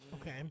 Okay